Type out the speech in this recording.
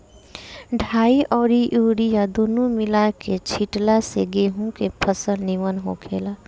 डाई अउरी यूरिया दूनो मिला के छिटला से गेंहू के फसल निमन होखेला